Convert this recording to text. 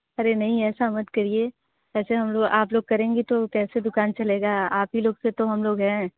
अरे नहीं ऐसा मत करिए ऐसे हम लोग आप लोग करेंगे तो कैसे दुकान चलेगा आप ही लोग से तो हम लोग हैं